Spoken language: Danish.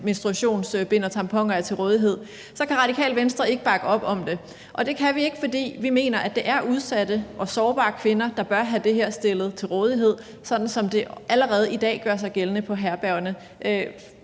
menstruationsbind og tamponer er til rådighed, så kan Radikale Venstre ikke bakke op om det. Det kan vi ikke, fordi vi mener, at det er udsatte og sårbare kvinder, der bør have det her stillet til rådighed, sådan som det allerede i dag gør sig gældende på herbergerne.